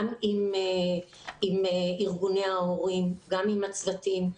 גם עם ארגוני ההורים, גם עם הצוותים.